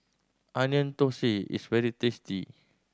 Onion Thosai is very tasty